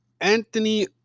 Anthony